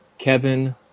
kevin